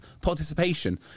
participation